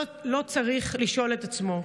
לא צריך לשאול את עצמו.